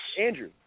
Andrew